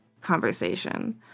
conversation